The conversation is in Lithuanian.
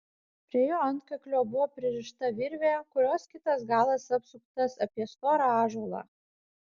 prie jo antkaklio buvo pririšta virvė kurios kitas galas apsuktas apie storą ąžuolą